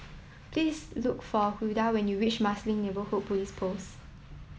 please look for Hulda when you reach Marsiling Neighbourhood Police Post